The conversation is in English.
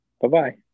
Bye-bye